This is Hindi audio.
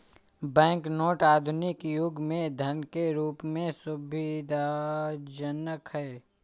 बैंक नोट आधुनिक युग में धन के रूप में सुविधाजनक हैं